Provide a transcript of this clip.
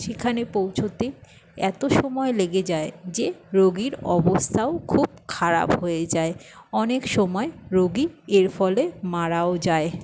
সেখানে পৌঁছতে এত সময় লেগে যায় যে রোগীর অবস্থাও খুব খারাপ হয়ে যায় অনেক সময় রোগী এর ফলে মারাও যায়